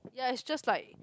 ya it's just like